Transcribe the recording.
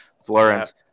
Florence